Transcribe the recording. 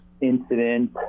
incident